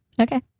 Okay